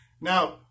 Now